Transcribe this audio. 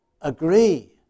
agree